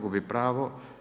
Gubi pravo.